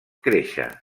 créixer